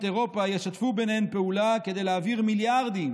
אירופה ישתפו ביניהן פעולה כדי להעביר מיליארדים